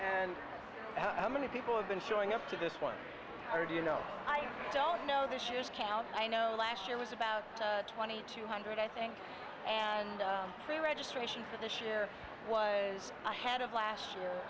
how many people have been showing up to this point or do you know i don't know the shoes count i know last year was about twenty two hundred i think and the registration for this year was ahead of last year